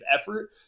effort